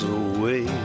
away